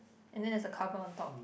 and then there's a cover on top